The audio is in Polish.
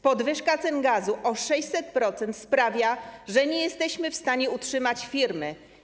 Podwyżka cen gazu o 600% sprawia, że nie jesteśmy w stanie utrzymać firmy.